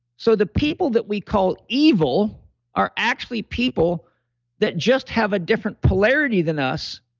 so the people that we call evil are actually people that just have a different polarity than us